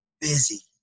busy